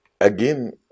Again